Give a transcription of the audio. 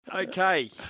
Okay